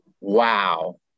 wow